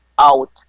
out